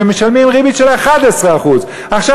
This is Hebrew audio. ומשלמות ריבית של 11%. עכשיו,